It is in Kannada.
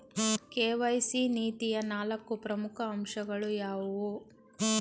ಕೆ.ವೈ.ಸಿ ನೀತಿಯ ನಾಲ್ಕು ಪ್ರಮುಖ ಅಂಶಗಳು ಯಾವುವು?